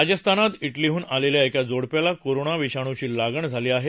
राजस्थानात इत्तिलीहून आलेल्या एका जोडप्याला कोरोना विषाणुची लागण झाली आहे